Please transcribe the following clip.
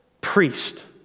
priest